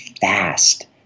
fast